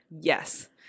yes